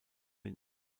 den